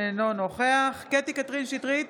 אינו נוכח קטי קטרין שטרית,